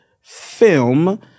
film